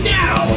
now